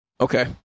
Okay